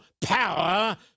power